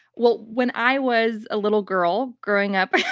well, when i was a little girl growing up.